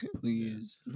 please